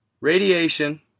Radiation